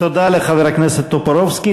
תודה לחבר הכנסת טופורובסקי.